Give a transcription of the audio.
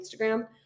Instagram